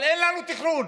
אבל אין לנו תכנון